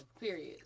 period